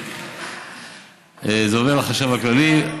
זה עובר לחשב הכללי.